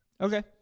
Okay